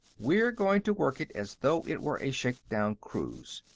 we're going to work it as though it were a shakedown cruise.